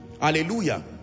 Hallelujah